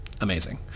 amazing